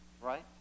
Right